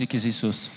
Jesus